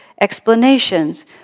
explanations